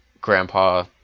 grandpa